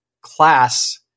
class